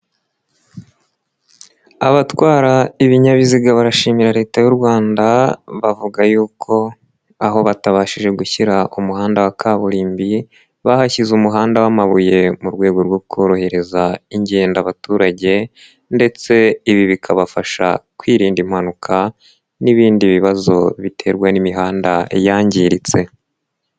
Abatwara ibinyabiziga barashimira Leta y'u Rwanda, bavuga yuko, aho batabashije gushyira umuhanda wa kaburimbi, bahashyize umuhanda w'amabuye, mu rwego rwo korohereza ingendo abaturage ndetse ibi bikabafasha kwirinda impanuka n'ibindi bibazo biterwa n'imihanda yangiritse.